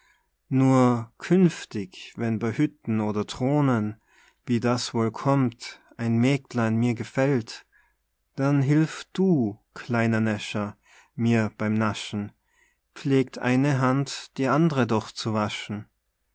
nur künftig wenn bei hütten oder thronen wie das wohl kommt ein mägdlein mir gefällt dann hilf du kleiner näscher mir beim naschen pflegt eine hand die andere doch zu waschen